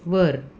वर